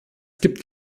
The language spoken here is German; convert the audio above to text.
gibt